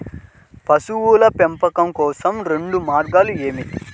పశువుల పెంపకం కోసం రెండు మార్గాలు ఏమిటీ?